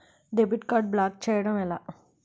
Debit card block చేయటం ఎలా?